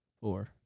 Four